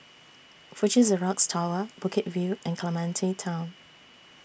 Fuji Xerox Tower Bukit View and Clementi Town